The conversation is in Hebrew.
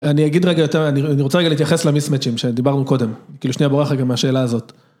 אני אגיד רגע יותר, אני רוצה רגע להתייחס למיסמצ'ים שדיברנו קודם, כאילו שנייה בורח גם מהשאלה הזאת.